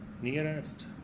nearest